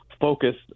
focused